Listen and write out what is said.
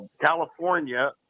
California